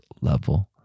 level